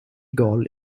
gol